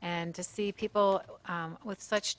and to see people with such